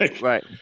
right